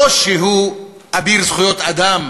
לא שהוא אביר זכויות האדם